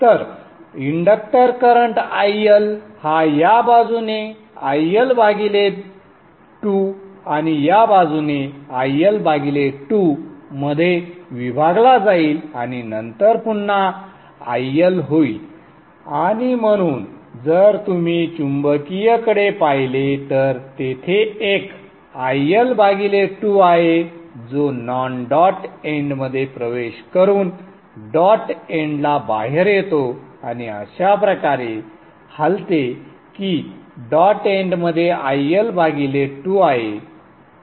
तर inductor current IL हा या बाजूने IL भागिले 2 आणि या बाजूने IL भागिले 2 मध्ये विभागला जाईल आणि नंतर पुन्हा IL होईल आणि म्हणून जर तुम्ही चुंबकीयकडे पाहिले तर तेथे एक IL भागिले 2 आहे जो नॉन डॉट एन्डमध्ये प्रवेश करून डॉट एंडला बाहेर येतो आणि अशा प्रकारे हलते की डॉट एंडमध्ये IL भागीले 2 आहे